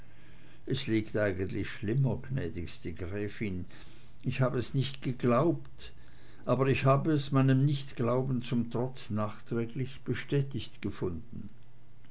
es liegt eigentlich schlimmer gnädigste gräfin ich hab es nicht geglaubt aber ich hab es meinem nichtglauben zum trotz nachträglich bestätigt gefunden